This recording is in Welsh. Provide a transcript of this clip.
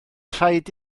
rhaid